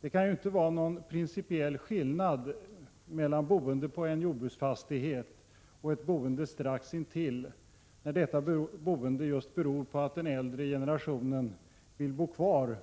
Det kan ju inte vara någon principiell skillnad mellan boende på en jordbruksfastighet och boende strax intill, när detta boende beror på att den äldre generationen vill bo kvar